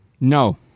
No